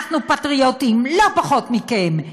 אנחנו פטריוטים לא פחות מכם,